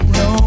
no